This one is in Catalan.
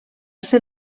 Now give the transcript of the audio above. ser